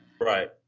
Right